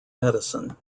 medicine